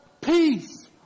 peace